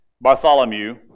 Bartholomew